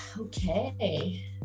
okay